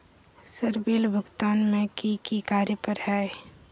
Sir bill भुगतान में की की कार्य पर हहै?